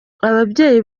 ababyeyi